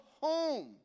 home